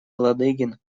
ладыгин